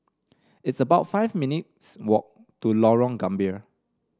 it's about five minutes' walk to Lorong Gambir